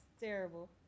terrible